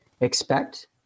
Expect